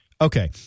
Okay